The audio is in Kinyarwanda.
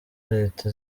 leta